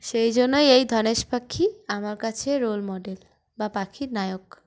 সেই জন্যই এই ধনেশ পাখি আমার কাছে রোল মডেল বা পাখির নায়ক